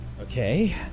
Okay